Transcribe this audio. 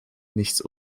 nichts